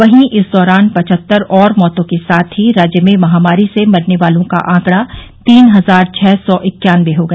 वहीं इस दौरान पचहत्तर और मौतों के साथ ही राज्य में महामारी से मरने वालों का आंकड़ा तीन हजार छः सौ इक्यानबे हो गया